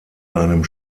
seinem